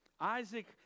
Isaac